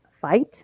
fight